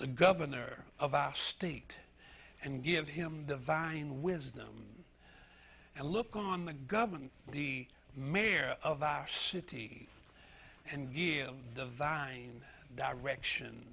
the governor of our state and give him the vine wisdom and look on the governor the mayor of our city and the vine direction